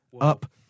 up